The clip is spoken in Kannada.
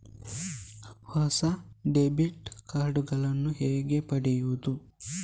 ಹೊಸ ಡೆಬಿಟ್ ಕಾರ್ಡ್ ನ್ನು ಹೇಗೆ ಪಡೆಯುದು?